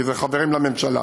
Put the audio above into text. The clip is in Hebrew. כי זה חברים לממשלה.